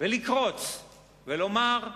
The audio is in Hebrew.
ולקרוץ ולומר: